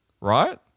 right